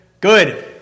good